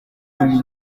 cumi